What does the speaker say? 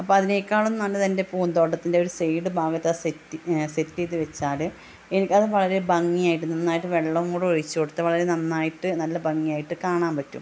അപ്പം അതിനേക്കാളും നല്ലത് എൻ്റെ പൂന്തോട്ടത്തിൻ്റെ ഒരു സെയ്ഡ് ഭാഗത്ത് അത് സെറ്റ് സെറ്റ് ചെയ്ത് വെച്ചാൽ എനിക്കത് വളരെ ഭംഗിയായിട്ട് നന്നായിട്ട് വെള്ളം കൂടെ ഒഴിച്ച് കൊടുത്ത് വളരെ നന്നായിട്ട് നല്ല ഭംഗിയായിട്ട് കാണാൻ പറ്റും